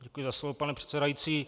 Děkuji za slovo, pane předsedající.